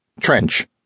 Trench